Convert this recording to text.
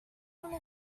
want